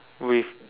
with